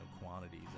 quantities